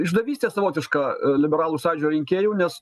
išdavystė savotiška liberalų sąjūdžio rinkėjų nes